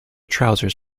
trousers